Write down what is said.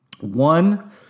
One